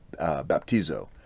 baptizo